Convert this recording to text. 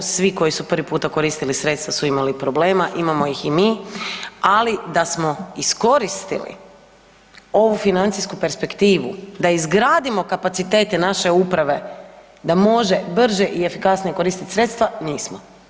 Svi koji su prvi puta koristili sredstva su imali problema, imamo ih i mi, ali da smo iskoristili ovu financijsku perspektivu da izgradimo kapacitete naše uprave da može brže i efikasnije koristit sredstva nismo.